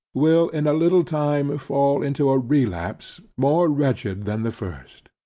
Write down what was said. will in a little time fall into a relapse more wretched than the first.